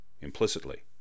implicitly